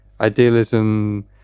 Idealism